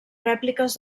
rèpliques